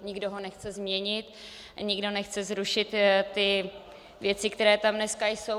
Nikdo ho nechce změnit, nikdo nechce zrušit ty věci, které tam dneska jsou.